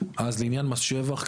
אז לעניין מס שבח,